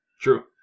True